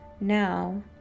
now